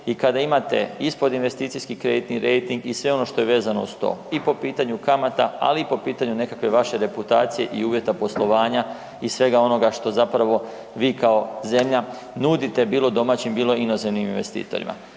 i kada imate ispod investicijski kreditni rejting i sve ono što je vezano uz to i po pitanju kamata, ali i po pitanju nekakve vaše reputacije i uvjeta poslovanja i svega onoga što zapravo vi kao zemlja nudite bilo domaćim bilo inozemnim investitorima.